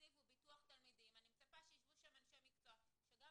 תקציב וביטוח תלמידים אני מצפה שישבו שם אנשי מקצוע שגם,